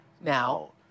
Now